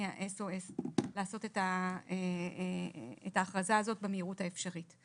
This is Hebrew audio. ה-S.O.S לעשות את האכרזה הזאת במהירות האפשרית.